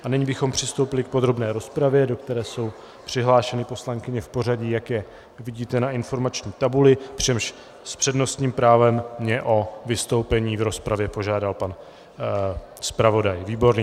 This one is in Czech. A nyní bychom přistoupili k podrobné rozpravě, do které jsou přihlášeny poslankyně v pořadí, jak je vidíte na informační tabuli, přičemž s přednostním právem mě o vystoupení v rozpravě požádal pan zpravodaj Výborný.